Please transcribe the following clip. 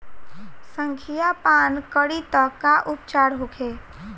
संखिया पान करी त का उपचार होखे?